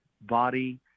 body